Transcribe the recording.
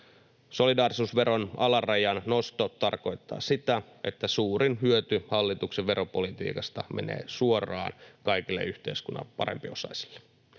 Solidaarisuusveron alarajan nosto tarkoittaa sitä, että suurin hyöty hallituksen veropolitiikasta menee suoraan kaikille yhteiskunnan parempiosaisille,